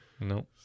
no